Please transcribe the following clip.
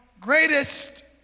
greatest